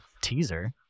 Teaser